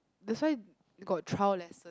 that's why got trial lesson